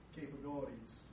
capabilities